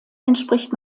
entspricht